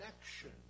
connection